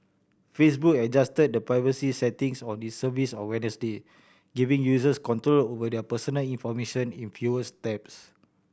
Facebook adjusted the privacy settings on its service on Wednesday giving users control over their personal information in fewer steps